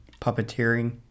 puppeteering